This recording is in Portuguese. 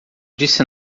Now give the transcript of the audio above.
disse